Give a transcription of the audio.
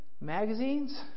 Magazines